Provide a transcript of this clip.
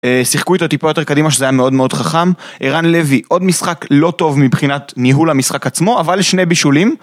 שיחקו איתו טיפה יותר קדימה, שזה היה מאוד מאוד חכם. ערן לוי, עוד משחק לא טוב מבחינת ניהול המשחק עצמו, אבל שני בישולים.